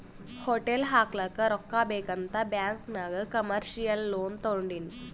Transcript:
hotel ಹಾಕ್ಲಕ್ ರೊಕ್ಕಾ ಬೇಕ್ ಅಂತ್ ಬ್ಯಾಂಕ್ ನಾಗ್ ಕಮರ್ಶಿಯಲ್ ಲೋನ್ ತೊಂಡಿನಿ